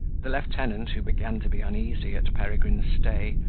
the lieutenant, who began to be uneasy at peregrine's stay,